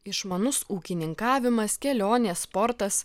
išmanus ūkininkavimas kelionė sportas